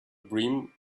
brim